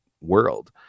world